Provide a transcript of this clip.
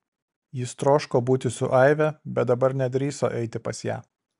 jis troško būti su aive bet dabar nedrįso eiti pas ją